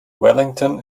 wellington